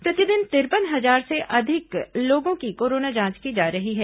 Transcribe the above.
प्रतिदिन तिरपन हजार से अधिक लोगों की कोरोना जांच की जा रही है